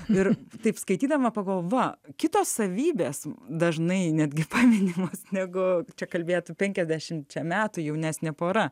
ir taip skaitydama pagalvojau kitos savybės dažnai netgi paminimos negu čia kalbėtų penkiasdešimčia metų jaunesnė pora